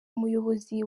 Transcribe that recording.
umuyobozi